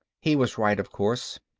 he was right of course.